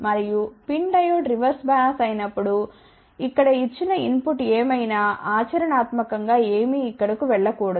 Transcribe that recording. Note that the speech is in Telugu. మరియు PIN డయోడ్ రివర్స్ బయాస్ అయినప్పుడు ఇక్కడ ఇచ్చిన ఇన్ పుట్ ఏమైనా ఆచరణాత్మకం గా ఏమీ ఇక్కడకు వెళ్ళ కూడదు